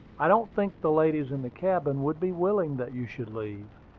i don't think the ladies in the cabin would be willing that you should leave.